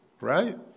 right